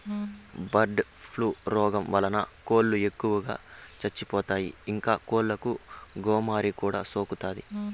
bird flu రోగం వలన కోళ్ళు ఎక్కువగా చచ్చిపోతాయి, ఇంకా కోళ్ళకు గోమారి కూడా సోకుతాది